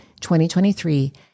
2023